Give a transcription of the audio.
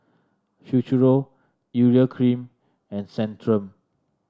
Futuro Urea Cream and Centrum